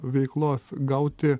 veiklos gauti